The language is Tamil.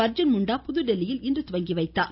அர்ஜீன் முண்டா புதுதில்லியில் இன்று துவக்கி வைக்கிறார்